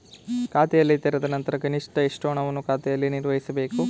ಖಾತೆ ತೆರೆದ ನಂತರ ಕನಿಷ್ಠ ಎಷ್ಟು ಹಣವನ್ನು ಖಾತೆಯಲ್ಲಿ ನಿರ್ವಹಿಸಬೇಕು?